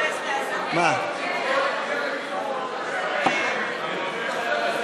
הסתייגות מס' 4. הסתייגות מס' 4 לאותו עמוד,